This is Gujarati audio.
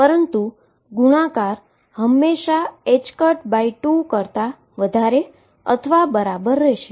પરંતુ ગુણાકાર હંમેશા 2 કરતા વધારે અથવા બરાબર રહેશે